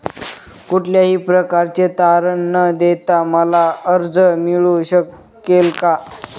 कुठल्याही प्रकारचे तारण न देता मला कर्ज मिळू शकेल काय?